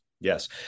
yes